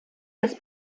des